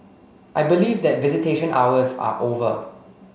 I believe that visitation hours are over